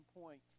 point